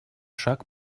шаг